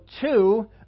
two